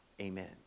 Amen